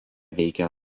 veikia